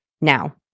Now